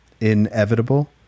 Inevitable